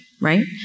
right